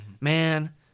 Man